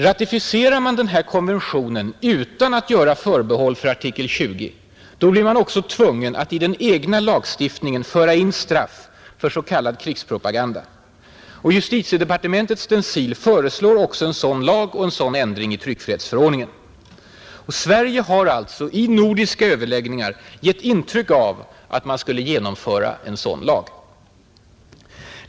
Ratificerar man den här konventionen utan att göra förbehåll för artikel 20, blir man också tvungen att i den egna lagstiftningen föra in straff för s.k. krigspropaganda, Justitiedepartementets stencil föreslår också en sådan lag och en sådan ändring i tryckfrihetsförordningen. Och Sverige har alltså i nordiska överläggningar gett intryck av att man skulle genomföra en sådan lag.